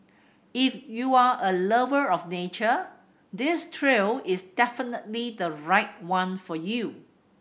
if you're a lover of nature this trail is definitely the right one for you